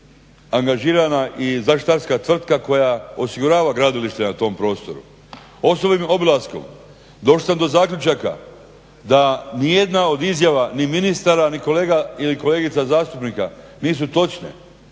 angažirana i zaštitarska tvrtka koja osigurava gradilište na tom prostoru. Osobnim obilaskom došao sam do zaključaka da nijedna od izjava ni ministara ni kolega ili kolegica zastupnika nisu točne,